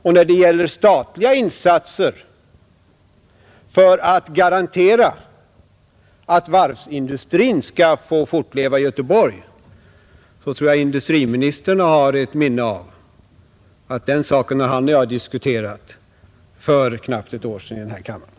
Och när det gäller statliga insatser för att garantera att varvsindustrin skall få fortleva i Göteborg tror jag industriministern har minne av att den saken har han och jag diskuterat för knappt ett år sedan i riksdagen.